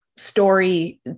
story